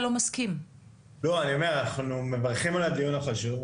אנחנו מברכים על הדיון החשוב,